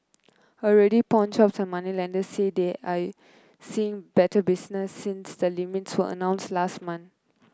already pawnshops and moneylenders say they are seeing better business since the limits were announced last month